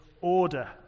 order